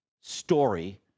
story